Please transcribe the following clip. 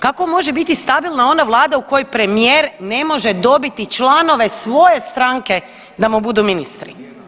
Kako može biti stabilna ona vlada u kojoj premijer ne može dobiti članove svoje stranke da mu budu ministri?